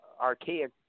archaic